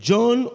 John